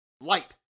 Light